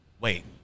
Wait